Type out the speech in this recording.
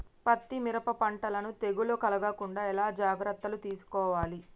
పత్తి మిరప పంటలను తెగులు కలగకుండా ఎలా జాగ్రత్తలు తీసుకోవాలి?